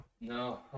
No